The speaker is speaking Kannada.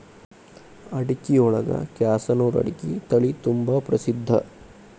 ಅಡಿಕಿಯೊಳಗ ಕ್ಯಾಸನೂರು ಅಡಿಕೆ ತಳಿತುಂಬಾ ಪ್ರಸಿದ್ಧ